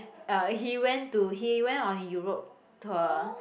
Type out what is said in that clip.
uh he went to he went on Europe tour